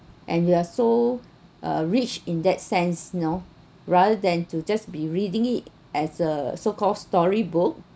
and you are so uh rich in that sense you know rather than to just be reading it as a so called storybook